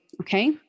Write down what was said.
Okay